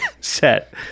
set